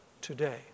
today